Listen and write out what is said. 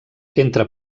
entre